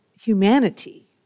humanity